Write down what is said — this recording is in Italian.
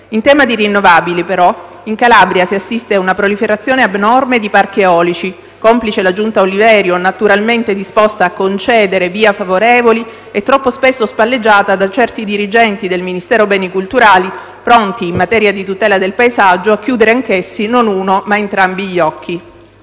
In tema di rinnovabili, però, in Calabria si assiste ad una proliferazione abnorme di parchi eolici, complice la giunta Oliverio, naturalmente disposta a concedere VIA favorevoli e troppo spesso spalleggiata da certi dirigenti del Ministero per i beni e le attività culturali pronti, in materia di tutela del paesaggio, a chiudere anch'essi non uno, ma entrambi gli occhi.